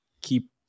keep